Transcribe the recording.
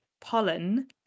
pollen